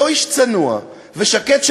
אותו איש צנוע ושקט,